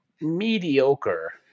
mediocre